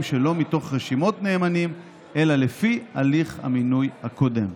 שלא מתוך רשימות נאמנים אלא לפי הליך המינוי הקודם.